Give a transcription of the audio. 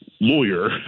lawyer